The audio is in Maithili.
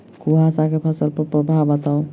कुहासा केँ फसल पर प्रभाव बताउ?